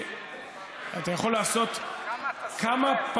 כמה אתה,